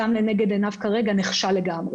כרגע שם לנגד עינינו נכשל לגמרי.